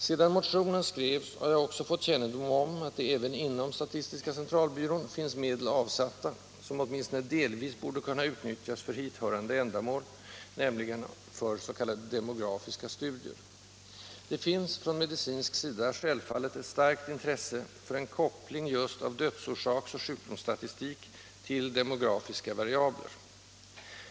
Sedan motionen skrevs har jag också fått kännedom om att det även inom SCB finns medel avsatta, som åtminstone delvis borde kunna utnyttjas för hithörande ändamål, nämligen för s.k. demografiska studier. Det finns på medicinskt håll självfallet ett starkt intresse för en koppling just av dödsorsaks och sjukdomsstatistiken till demografiska variabler.